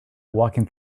walking